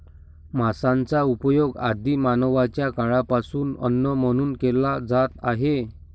मांसाचा उपयोग आदि मानवाच्या काळापासून अन्न म्हणून केला जात आहे